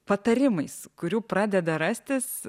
patarimais kurių pradeda rastis